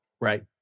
Right